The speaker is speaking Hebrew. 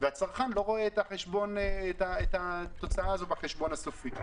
והצרכן לא רואה את התוצאה הזאת בחשבון הסופי.